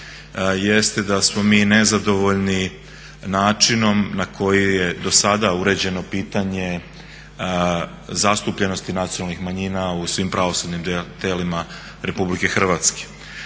je da smo mi nezadovoljni načinom na koji je do sada uređeno pitanje zastupljenosti nacionalnih manjina u svi pravosudnim tijelima RH. To pravo